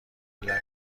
نکنین